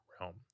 realm